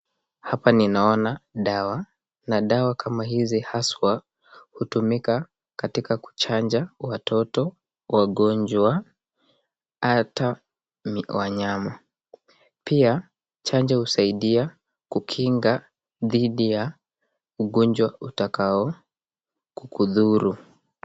Hapa ninaona dawa ,na dawa kama hizi hasua hutumiwa katika kuchanja watoto, wagonjwa hata wanyama, pia chanjo husaidia kukinga dhidi ya ugonjwa utakao kudhuru.